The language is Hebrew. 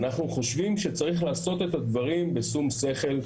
אנחנו חושבים שצריך לעשות את הדברים בשום שכל,